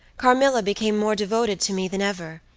carmilla became more devoted to me than ever,